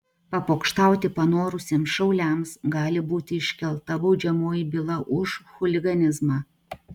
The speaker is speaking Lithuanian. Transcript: papokštauti panorusiems šauliams gali būti iškelta baudžiamoji byla už chuliganizmą